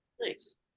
Nice